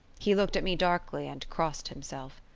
he looked at me darkly and crossed himself.